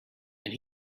and